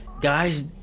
guys